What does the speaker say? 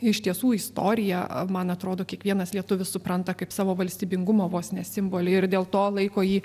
iš tiesų istorija man atrodo kiekvienas lietuvis supranta kaip savo valstybingumo vos ne simbolį ir dėl to laiko jį